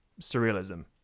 surrealism